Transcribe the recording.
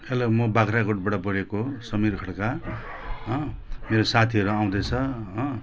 hello म बाग्राकोटबाट बोलेको समीर खड्का हँ मेरो साथीहरू आउँदैछ हँ